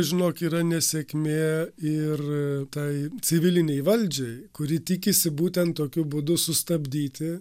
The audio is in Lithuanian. žinok yra nesėkmė ir tai civilinei valdžiai kuri tikisi būtent tokiu būdu sustabdyti